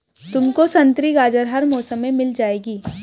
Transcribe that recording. तुमको संतरी गाजर हर मौसम में मिल जाएगी